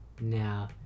now